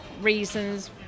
reasons